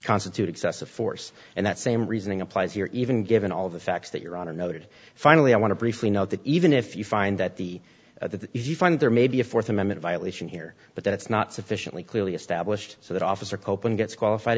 constitute excessive force and that same reasoning applies here even given all of the facts that your honor noted finally i want to briefly note that even if you find that the the if you find there may be a fourth amendment violation here but that's not sufficiently clearly established so that officer koeppen gets qualified